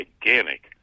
gigantic